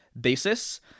basis